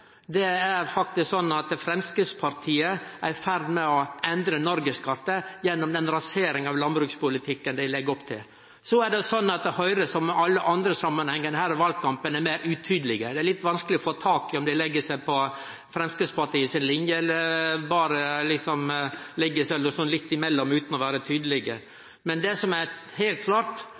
Det er faktisk slik at Framstegspartiet er i ferd med å endre noregskartet gjennom den raseringa av landbrukspolitikken dei legg opp til. Høgre er som i alle andre samanhengar i denne valkampen meir utydelege. Det er litt vanskeleg å få tak i om dei legg seg på Framstegspartiet si linje, eller berre legg seg litt imellom utan å vere tydelege. Det som er heilt klart,